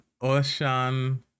Ocean